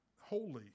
holy